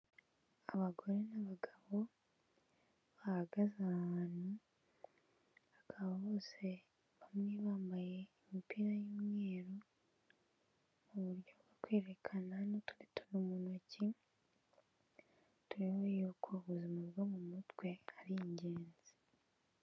Abagore n'abagabo, bahagaze ahantu, hakaba bose bamwe bambaye imipira y'imyeru, mu buryo bwo kwerekana n'utundi tuntu mu ntoki, tuyobe yuko ubuzima bwo mu mutwe ari ingenzi.